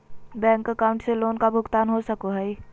Bank account से loan का भुगतान हो सको हई?